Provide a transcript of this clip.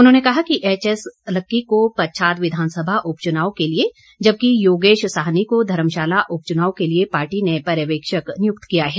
उन्होंने कहा कि एचएस लक्की को पच्छाद विधानसभा उपचुनाव के लिए जबकि योगेश साहनी को धर्मशाला उपचुनाव के लिए पार्टी ने पर्यवेक्षक नियुक्त किया है